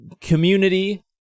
community